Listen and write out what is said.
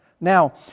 Now